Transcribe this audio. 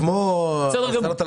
כל משרדי